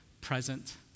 present